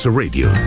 radio